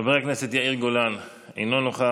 חבר הכנסת יאיר גולן, אינו נוכח.